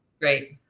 great